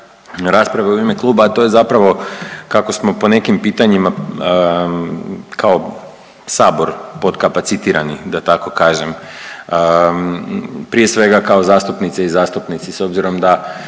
rasprave u ime kluba, a to je zapravo kako smo po nekim pitanjima kao sabor potkapacitirani da tako kažem. Prije svega zastupnice i zastupnici s obzirom da